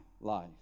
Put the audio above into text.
life